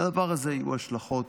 לדבר הזה יהיו השלכות